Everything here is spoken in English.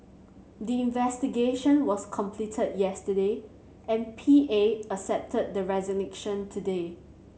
the investigation was completed yesterday and P A accepted the resignation today